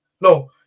No